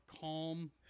calm